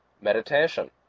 meditation